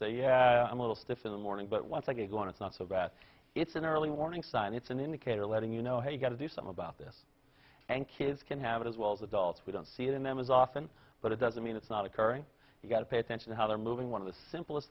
say yeah i'm a little stiff in the morning but once i get going it's not so bad it's an early warning sign it's an indicator letting you know hey you got to do some about this and kids can have it as well as adults we don't see it in them as often but it doesn't mean it's not occurring you've got to pay attention to how they're moving one of the simplest